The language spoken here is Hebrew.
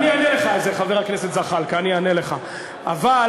אני אענה לך, חבר הכנסת זחאלקה.